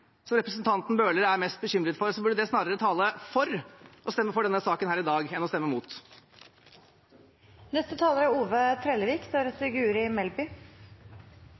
representanten Bøhler er mest bekymret for, burde det snarere tale for å stemme for denne saken her i dag enn å stemme imot. Det som får meg til å ta ordet igjen, er